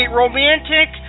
romantic